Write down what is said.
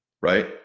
right